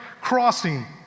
crossing